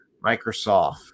Microsoft